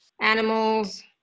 animals